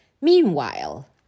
Meanwhile